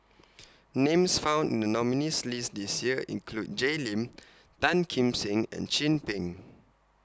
Names found in The nominees' list This Year include Jay Lim Tan Kim Seng and Chin Peng